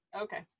Okay